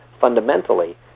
fundamentally